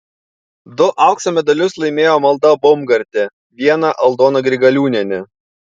du aukso medalius laimėjo malda baumgartė vieną aldona grigaliūnienė